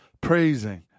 praising